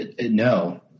No